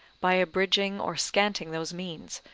by abridging or scanting those means,